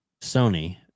sony